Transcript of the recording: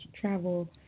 travel